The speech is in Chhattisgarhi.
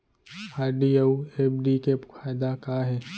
आर.डी अऊ एफ.डी के फायेदा का हे?